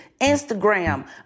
Instagram